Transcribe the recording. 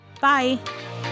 Bye